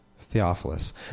Theophilus